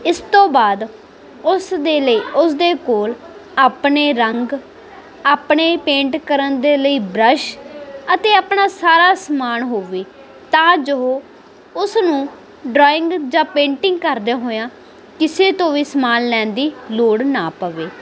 ਇਸ ਤੋਂ ਬਾਅਦ ਉਸ ਦੇ ਲਈ ਉਸਦੇ ਕੋਲ ਆਪਣੇ ਰੰਗ ਆਪਣੇ ਪੇਂਟ ਕਰਨ ਦੇ ਲਈ ਬ੍ਰਸ਼ ਅਤੇ ਆਪਣਾ ਸਾਰਾ ਸਮਾਨ ਹੋਵੇ ਤਾਂ ਜੋ ਉਸ ਨੂੰ ਡਰਾਇੰਗ ਜਾਂ ਪੇਂਟਿੰਗ ਕਰਦਿਆਂ ਹੋਇਆਂ ਕਿਸੇ ਤੋਂ ਵੀ ਸਮਾਨ ਲੈਣ ਦੀ ਲੋੜ ਨਾ ਪਵੇ